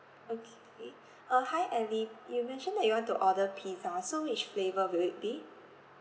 okay uh hi elly you mentioned that you want to order pizza so which flavour will it be